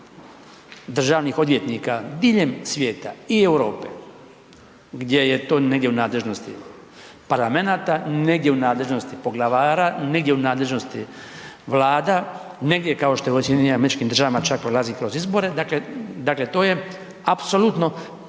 izbora državnih odvjetnika diljem svijeta i Europe, gdje je to negdje u nadležnosti parlamenata, negdje u nadležnosti poglavara, negdje u nadležnosti Vlada, negdje kao što je u SAD čak prolazi kroz izbore, dakle, to je apsolutno